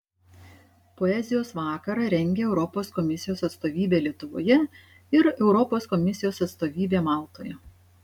poezijos vakarą rengia europos komisijos atstovybė lietuvoje ir europos komisijos atstovybė maltoje